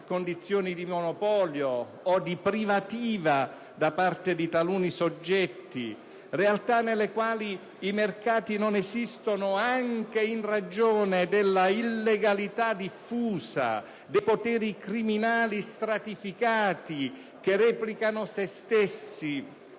situazioni di monopolio o di privativa da parte di taluni soggetti e nelle quali i mercati non esistono anche in ragione della illegalità diffusa e dei poteri criminali stratificati che replicano se stessi.